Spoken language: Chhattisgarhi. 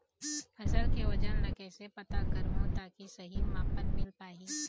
फसल के वजन ला कैसे पता करहूं ताकि सही मापन मील पाए?